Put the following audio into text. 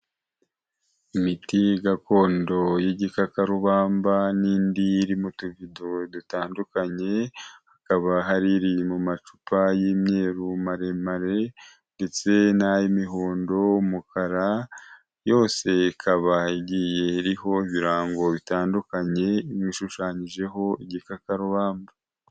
Imiti gakondo y'igikakarubamba n'indi irimo tuvido dutandukanye, hakaba hari iri mu macupa y'imyeru maremare ndetse n'ay'imihondo, umukara, yose ikaba igiye iriho ibirango bitandukanye bishushanyijeho igikakarubamba.